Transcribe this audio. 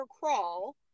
crawl